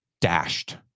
dashed